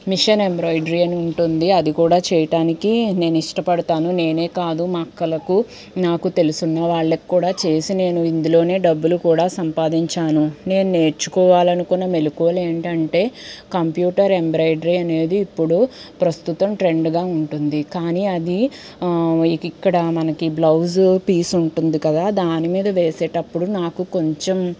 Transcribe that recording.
machine embroidery ఉంటుంది అది కూడా చేయటానికి నేను ఇష్టపడతాను నేనే కాదు మా అక్కలకు నాకు తెలుసున్న వాళ్లకు కూడా చేసి నేను ఇందులోనే డబ్బులు కూడా సంపాదించాను నేను నేర్చుకోవాలనుకున్న మెలుకులేంటంటే కంప్యూటర్ ఎంబ్రాయిడరీ అనేది ఇప్పుడు ప్రస్తుతం ట్రెండ్గా ఉంటుంది కానీ అది ఇక్కడ మనకి బ్లౌజ్ పీస్ ఉంటుంది కదా దానిమీద వేసేటప్పుడు నాకు కొంచెం